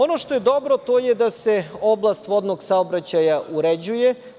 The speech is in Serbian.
Ono što je dobro jeste da se oblast vodnog saobraćaja uređuje.